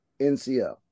NCO